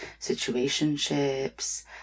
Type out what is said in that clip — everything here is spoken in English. Situationships